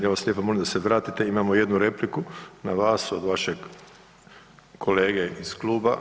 Ja vas lijepo molim da se vratite, imamo jednu repliku na vas od vašeg kolege iz kluba.